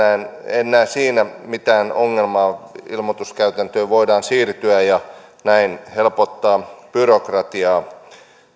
en näe siinä mitään ongelmaa ilmoituskäytäntöön voidaan siirtyä ja näin helpottaa byrokratiaa jo